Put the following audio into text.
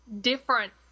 different